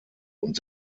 und